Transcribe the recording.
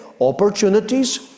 opportunities